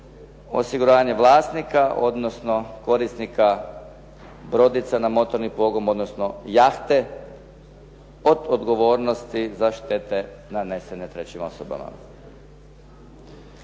osiguranje vlasnika odnosno korisnika brodica na motorni pogon odnosno jahte od odgovornosti za štete nanesene trećim osobama.